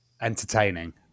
entertaining